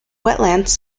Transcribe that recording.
wetlands